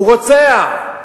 הוא רוצח.